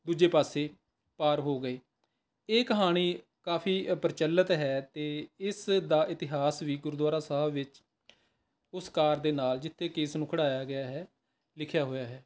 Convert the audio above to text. ਦੂਜੇ ਪਾਸੇ ਪਾਰ ਹੋ ਗਈ ਇਹ ਕਹਾਣੀ ਕਾਫ਼ੀ ਪ੍ਰਚਲਿਤ ਹੈ ਅਤੇ ਇਸ ਦਾ ਇਤਿਹਾਸ ਵੀ ਗੁਰਦੁਆਰਾ ਸਾਹਿਬ ਵਿੱਚ ਉਸ ਕਾਰ ਦੇ ਨਾਲ ਜਿੱਥੇ ਕਿ ਇਸਨੂੰ ਖੜਾਇਆ ਗਿਆ ਹੈ ਲਿਖਿਆ ਹੋਇਆ ਹੈ